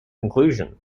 conclusion